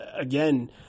again